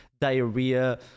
diarrhea